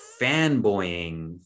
fanboying